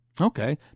Okay